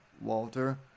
Walter